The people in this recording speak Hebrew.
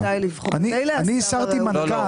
אני הסרתי מנכ"ל,